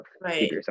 Right